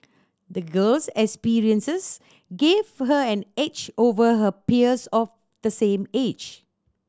the girl's experiences gave her an edge over her peers of the same age